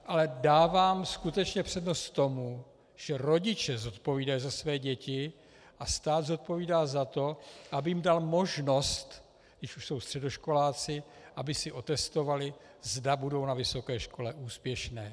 Ale dávám skutečně přednost tomu, že rodiče zodpovídají za své děti a stát zodpovídá za to, aby jim dal možnost, když už jsou středoškoláci, aby si otestovaly, zda budou na vysoké škole úspěšné.